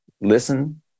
listen